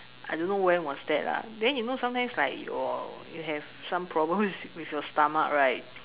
I don't know when was that lah then you know sometimes like your you have some problems with your stomach right